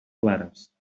clares